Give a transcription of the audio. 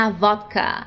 ,vodka